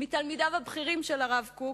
מתלמידיו הבכירים של הרב קוק,